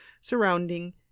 surrounding